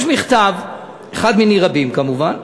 יש מכתב, אחד מני רבים כמובן,